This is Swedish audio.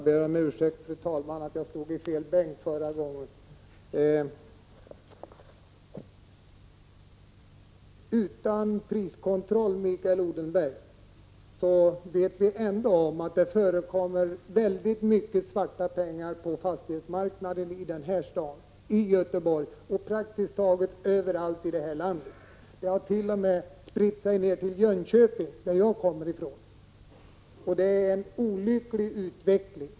Fru talman! Utan priskontroll, Mikael Odenberg, förekommer det ändå mycket svarta pengar på fastighetsmarknaden i Stockholm, i Göteborg och praktiskt taget överallt i detta land. Det har t.o.m. spridit sig ner till Jönköping, varifrån jag kommer. Det är en olycklig utveckling.